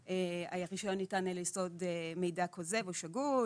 שהרישיון ניתן על יסוד מידע כוזב או שגוי,